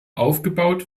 aufgebaut